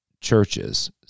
churches